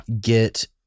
get